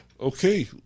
Okay